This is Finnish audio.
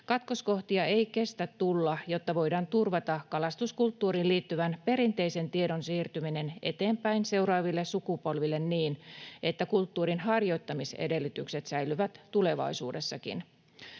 Katkoskohtia ei kestä tulla, jotta voidaan turvata kalastuskulttuuriin liittyvän perinteisen tiedon siirtyminen eteenpäin seuraaville sukupolville niin, että kulttuurin harjoittamisedellytykset säilyvät tulevaisuudessakin.